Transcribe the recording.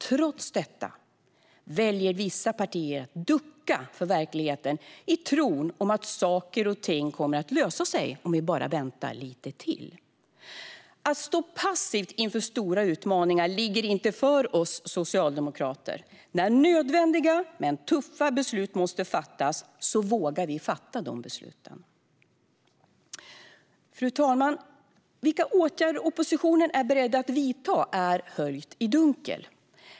Trots detta väljer vissa partier att ducka för verkligheten i tron att saker och ting kommer att lösa sig om vi bara väntar lite till. Att stå passiva inför stora utmaningar ligger inte för oss socialdemokrater. När nödvändiga men tuffa beslut måste fattas vågar vi fatta de besluten. Fru talman! Vilka åtgärder oppositionen är beredd att vidta är höljt i dunkel.